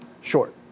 short